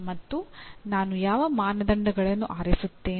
ಮತ್ತು ನಾನು ಯಾವ ಮಾನದಂಡಗಳನ್ನು ಆರಿಸುತ್ತೇನೆ